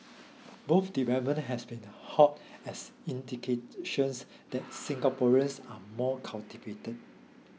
both developments have been hailed as indications that Singaporeans are more cultivated